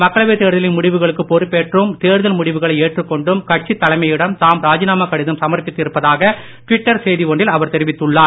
மக்களவைத் தேர்தலின் ழுடிவுகளுக்குப் பொறுப்பேற்றும் தேர்தல் முடிவுகளை ஏற்றுக் கொண்டும் கட்சித் தலைமையிடம் தாம் ராஜினாமா கடிதம் சமர்ப்பித்து இருப்பதாக ட்விட்டர் செய்தி ஒன்றில் அவர் தெரிவித்துள்ளார்